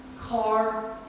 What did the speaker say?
car